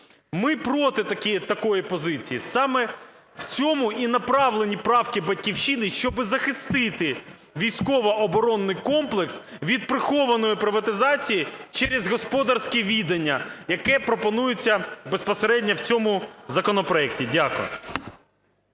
Ми проти такої позиції. Саме в цьому і направлені правки "Батьківщини", щоб захистити військово-оборонний комплекс від прихованої приватизації через господарське відання, яке пропонується безпосередньо в цьому законопроекті. Дякую.